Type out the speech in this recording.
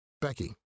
Becky